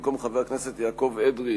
במקום חבר הכנסת יעקב אדרי,